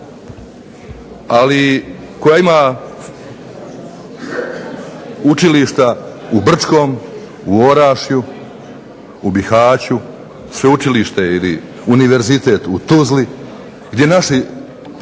ali koja ima učilišta u Brčkom, u Orašju, u Bihaću, sveučilište ili univerzitet u Tuzli gdje naši